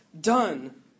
done